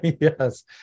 Yes